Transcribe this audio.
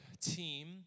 team